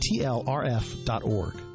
tlrf.org